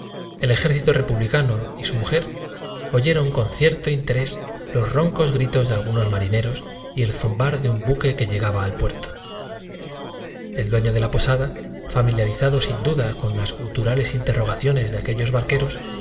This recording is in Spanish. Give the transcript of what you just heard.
el ejército republicano y su mujer oyeron con cierto interés los parte de andernach en mi casa está todo ocupado y si tienen uste roncos gritos de algunos marineros y el zumbar de un buque que lle des empeño en dormir en mullida cama no puedo ofrecerles sino la gaba al puerto el dueño de la posada familiarizado sin duda con las mía en cuanto a los caballos voy a ordenar que les preparen un ca guturales interrogaciones de aquellos barqueros